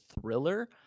thriller